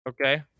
Okay